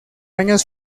años